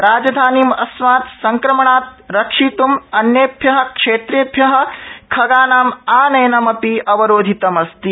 राजधानीम् अस्मात् संक्रमणात् रक्षितुं अन्येभ्य क्षेत्रेभ्य खगानाम् आनयनमपि अवरोधितमस्ति